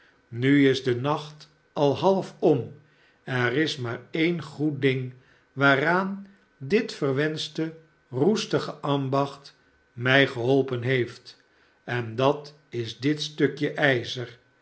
nu is de nacht al half om er is maar een goed ding waaraan dit verwenschte roestige ambacht mij geholpen heeft en dat is dit stukje ijzer